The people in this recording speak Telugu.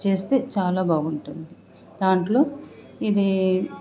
చేస్తే చాలా బాగుంటుంది దాంట్లో ఇది